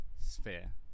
sphere